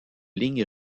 lignes